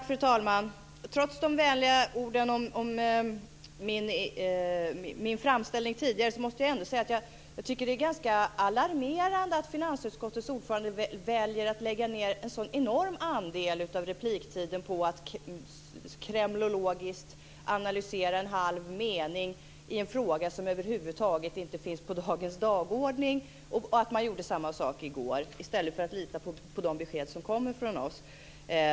Fru talman! Trots de vänliga orden om min framställning tidigare måste jag säga att jag tycker att det är ganska alarmerande att finansutskottets ordförande väljer att lägga ned en så enorm andel av repliktiden på att kremlologiskt analysera en halv mening i en fråga som över huvud taget inte finns på dagens dagordning och att man gjorde samma sak i går i stället för att lita på de besked som kommer från oss.